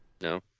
No